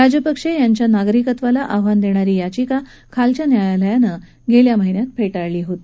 राजपक्षे यांच्या नागरिकत्वाला आव्हान देणारी याचिका खालच्या न्यायालयानं गेल्या महिन्यात फेटाळली होती